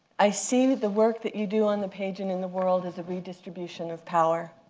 i see the work that you do on the page and in the world as a redistribution of power.